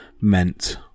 meant